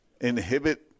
inhibit